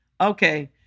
okay